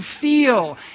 feel